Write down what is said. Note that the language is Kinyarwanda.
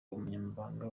umunyamabanga